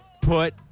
put